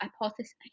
hypothesis